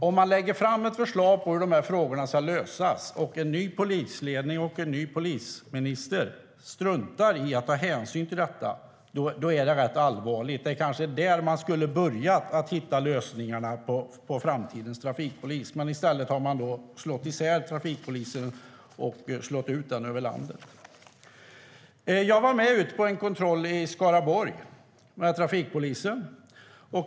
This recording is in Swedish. Om man lägger fram ett förslag på hur frågorna ska lösas och en ny polisledning och en ny polisminister struntar i att ta hänsyn till det är det rätt allvarligt. Det kanske är där man skulle ha börjat för att hitta lösningarna för framtidens trafikpolis. I stället har man slagit isär trafikpolisen. Jag var med trafikpolisen på en kontroll i Skaraborg.